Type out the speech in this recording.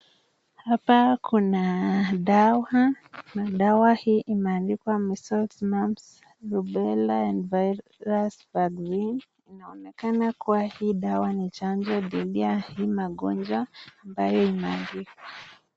Hapa kuna dawa na dawa hii imeandkwa measles mumps rubella virus vaccine ,inaonekana hii dawa ni ya chanjo dhidi ya magonjwa ambaye imeandikwa.